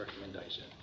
recommendation